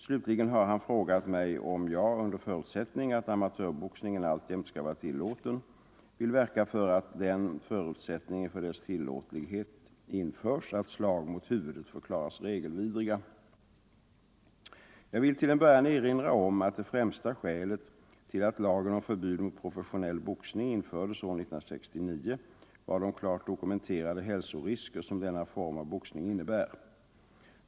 Slutligen har han frågat mig om jag — under förutsättning att amatörboxningen alltjämt skall vara tillåten — vill verka för att den förutsättningen för dess tillåtlighet införs att slag mot huvudet förklaras regelvidriga. Jag vill till en början erinra om att det främsta skälet till att lagen om förbud mot professionell boxning infördes år 1969 var de klart dokumenterade hälsorisker som denna form av boxning innebär.